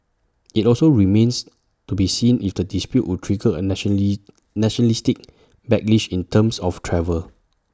IT also remains to be seen if the dispute would trigger A nationalistic backlash in terms of travel